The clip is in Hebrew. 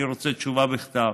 אני רוצה תשובה בכתב.